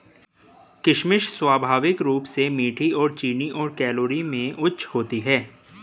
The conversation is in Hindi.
किशमिश स्वाभाविक रूप से मीठी और चीनी और कैलोरी में उच्च होती है